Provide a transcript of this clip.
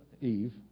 Eve